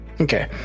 Okay